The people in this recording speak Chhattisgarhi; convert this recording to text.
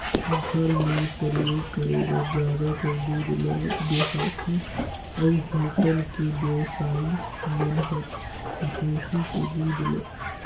घर मे परियोग करे बर जादातर दूद ल बेसाथे अउ होटल के बेवसाइ मन हर भइसी के दूद ल